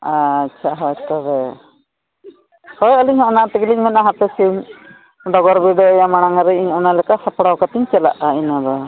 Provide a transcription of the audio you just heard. ᱟᱪᱪᱷᱟ ᱦᱳᱭ ᱛᱚᱵᱮ ᱦᱳᱭ ᱟᱹᱞᱤᱧ ᱦᱚᱸ ᱚᱱᱟ ᱛᱮᱜᱮ ᱞᱤᱧ ᱢᱮᱱᱟᱜᱼᱟ ᱦᱟᱯᱮ ᱥᱮ ᱰᱚᱜᱚᱨ ᱵᱤᱰᱟᱹᱣᱟ ᱢᱟᱲᱟᱝ ᱨᱮ ᱤᱧ ᱚᱱᱟ ᱞᱮᱠᱟ ᱥᱟᱯᱲᱟ ᱠᱟᱛᱮᱜ ᱤᱧ ᱪᱟᱞᱟᱜᱼᱟ ᱤᱱᱟᱹ ᱫᱚ